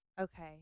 Okay